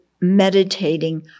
meditating